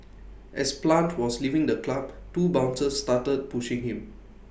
as plant was leaving the club two bouncers started pushing him